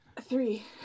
Three